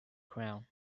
crown